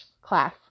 class